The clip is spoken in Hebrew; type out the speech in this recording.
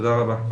תודה רבה.